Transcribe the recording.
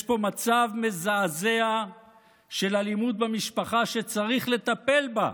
יש פה מצב מזעזע של אלימות במשפחה, שצריך לטפל בה,